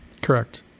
Correct